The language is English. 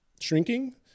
shrinking